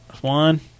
One